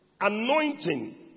anointing